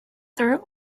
through